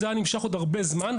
זה היה נמשך עוד הרבה זמן,